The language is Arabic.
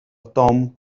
توم